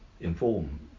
inform